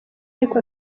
ariko